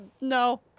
no